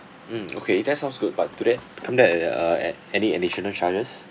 mm okay that sounds good but do that come back at uh at any additional charges